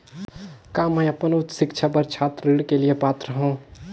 का मैं अपन उच्च शिक्षा बर छात्र ऋण के लिए पात्र हंव?